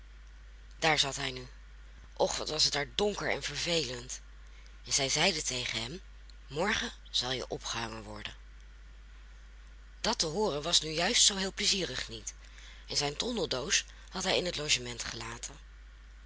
daar zat hij nu och wat was het daar donker en vervelend en zij zeiden tegen hem morgen zal je opgehangen worden dat te hooren was nu juist zoo heel plezierig niet en zijn tondeldoos had hij in het logement gelaten